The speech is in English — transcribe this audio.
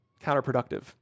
counterproductive